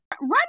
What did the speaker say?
run